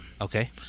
Okay